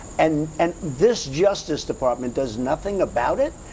and and this justice department does nothing about it?